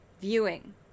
viewing